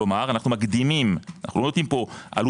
כלומר אנו מקדימים לא נותנים פה עלות